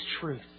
truth